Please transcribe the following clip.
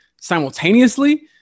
simultaneously